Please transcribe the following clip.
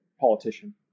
politician